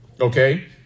Okay